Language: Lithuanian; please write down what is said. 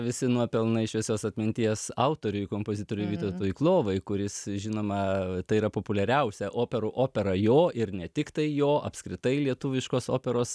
visi nuopelnai šviesios atminties autoriui kompozitoriui vytautui klovai kuris žinoma tai yra populiariausia operų opera jo ir ne tiktai jo apskritai lietuviškos operos